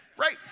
right